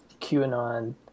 QAnon